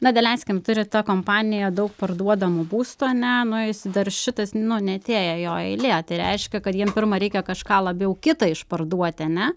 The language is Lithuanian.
na daleiskim turi ta kompanija daug parduodamų būstų ane nu jis dar šitas nu neatėjo jo eilė tai reiškia kad jiem pirma reikia kažką labiau kita išparduoti ane